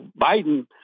Biden